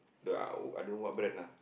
the uh I don't know what brand ah